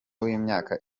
w’imyaka